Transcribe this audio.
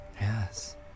Yes